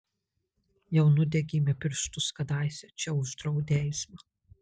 jau nudegėme pirštus kadaise čia uždraudę eismą